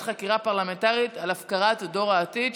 חקירה פרלמנטרית על הפקרת דור העתיד,